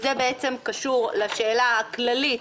זה בעצם קשור לשאלה הכללית,